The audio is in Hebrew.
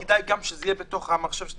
אולי כדאי גם שזה יהיה בתוך המחשב שאת